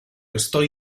estoy